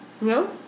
No